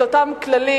את אותם כללים,